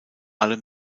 allem